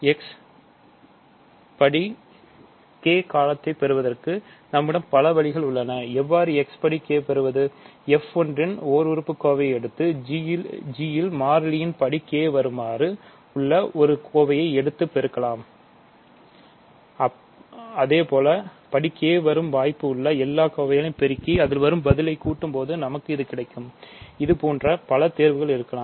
x படி k காலத்தைப் பெறுவதற்கு நம்மிடம் பல வழிகள் உள்ளன எவ்வாறு x படி k பெறுவது f ஒன்றில் ஓர் உறுப்பு கோவையை எடுத்து g ல் மாறியின் படி k வருமாறு உள்ள ஒரு கோவையை எடுத்து பெருக்கலாம் அதேபோல படி k வரும் வாய்ப்பு உள்ள எல்லா கோவைகளை பெருக்கி அதில் வரும் பதிலை கூட்டும்போது நமக்கு இது கிடைக்கும் இதுபோன்ற பல தேர்வுகள் இருக்கலாம்